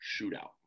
shootout